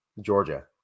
Georgia